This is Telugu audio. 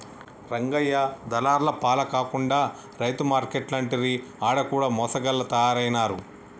రంగయ్య దళార్ల పాల కాకుండా రైతు మార్కేట్లంటిరి ఆడ కూడ మోసగాళ్ల తయారైనారు